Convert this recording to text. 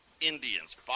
Indians